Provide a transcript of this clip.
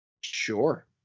Sure